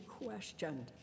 questioned